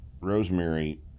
rosemary